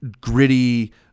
gritty